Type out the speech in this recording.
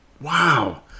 Wow